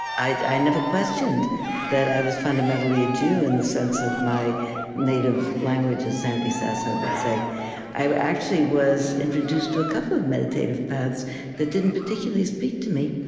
i i never questioned that i was fundamentally a jew in the sense of my native language, as sandy sasso would say i actually was introduced to a couple of meditative paths that didn't particularly speak to me.